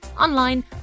online